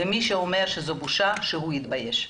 ומי שאומר שזאת בושה שהוא יתבייש.